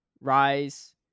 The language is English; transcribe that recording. Rise